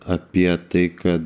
apie tai kad